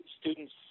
students